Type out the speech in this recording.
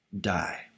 die